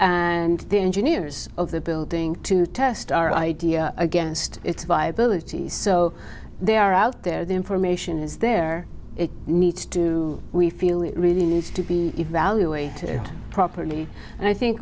and the engineers of the build to test our idea against its viability so they are out there the information is there it needs to we feel it really needs to be evaluated properly and i think